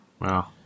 Wow